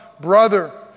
brother